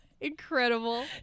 Incredible